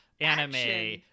anime